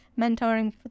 mentoring